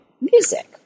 music